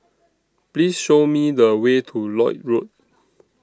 Please Show Me The Way to Lloyd Road